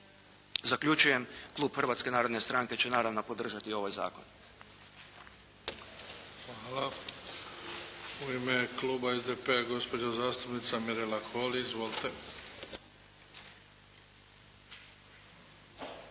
Zaključujem, Klub Hrvatske narodne stranke će naravno podržati ovaj zakon. **Bebić, Luka (HDZ)** Hvala. U ime Kluba SDP-a, gospođa zastupnica Mirela Holy. Izvolite. **Holy,